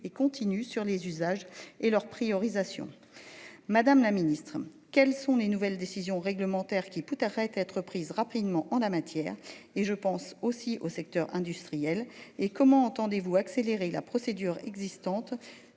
et continue sur les usages et leur priorisation. Madame la Ministre quelles sont les nouvelles décisions réglementaires qui pute arrête être prise rapidement en la matière et je pense aussi au secteur industriel et comment entendez-vous accélérer la procédure existante